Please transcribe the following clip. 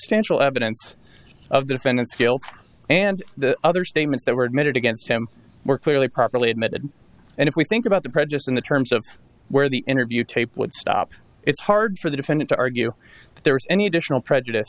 substantial evidence of the defendant's guilt and the other statements that were admitted against him were clearly properly admitted and if we think about the prejudice in the terms of where the interview tape would stop it's hard for the defendant to argue that there was any additional prejudice